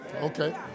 Okay